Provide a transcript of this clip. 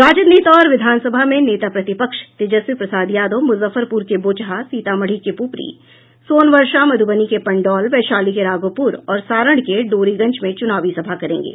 राजद नेता और विधान सभा में नेता प्रतिपक्ष तेजस्वी प्रसाद यादव मुजफ्फरपुर के बोचहा सीतामढ़ी के पुपरी सोनवर्षा मध्यबनी के पंडौल वैशाली के राघोपुर और सारण के डोरीगंज में चूनावी सभा करेंगे